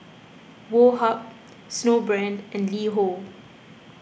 Woh Hup Snowbrand and LiHo